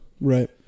Right